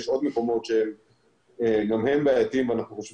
יש עוד מקומות שגם הם בעייתיים ואנחנו חושבים